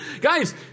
Guys